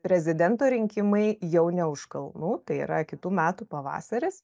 prezidento rinkimai jau ne už kalnų tai yra kitų metų pavasaris